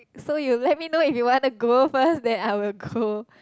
so you let me know if you want to go first then I will go